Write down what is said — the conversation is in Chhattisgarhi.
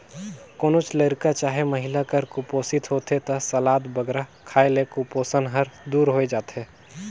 कोनोच लरिका चहे महिला हर कुपोसित होथे ता सलाद बगरा खाए ले कुपोसन हर दूर होए जाथे